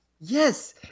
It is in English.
Yes